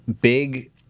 big